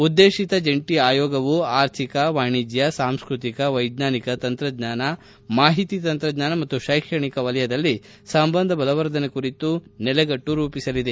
ಉದ್ದೇಶಿತ ಜಂಟಿ ಆಯೋಗವು ಅರ್ಥಿಕ ವಾಣಿಜ್ಯ ಸಾಂಸ್ವತಿಕ ವೈಜ್ವಾನಿಕ ತಂತ್ರಜ್ಞಾನ ಮಾಹಿತಿ ತಂತ್ರಜ್ಞಾನ ಮತ್ತು ಶೈಕ್ಷಣಿಕ ವಲಯದಲ್ಲಿ ಸಂಬಂಧ ಬಲವರ್ಧನೆ ಕುರಿತು ನೆಲೆಗಟ್ಟು ರೂಪಿಸಲಿದೆ